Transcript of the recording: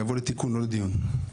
יבוא לתיקון לא לדיון.